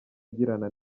agirana